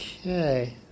Okay